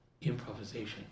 improvisation